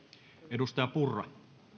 arvoisa